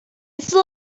still